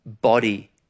Body